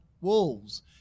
wolves